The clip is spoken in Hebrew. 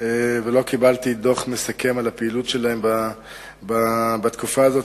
ולא קיבלתי דוח מסכם על הפעילות שלהם בתקופה הזאת,